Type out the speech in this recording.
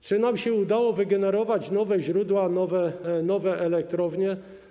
Czy nam się udało wygenerować nowe źródła, nowe elektrownie?